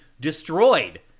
destroyed